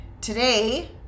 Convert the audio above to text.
today